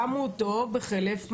שמו אותו בחלף מאסר.